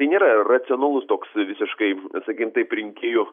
tai nėra racionalus toks visiškai sakykim taip rinkėjų